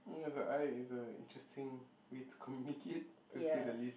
no is a I is a interesting way to communicate to say the least